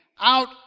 out